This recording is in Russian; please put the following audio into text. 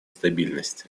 стабильности